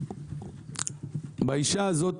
באישה הזאת